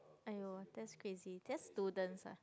!aiyo! that's crazy just students ah